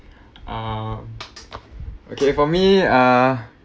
uh okay for me ah